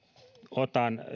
otan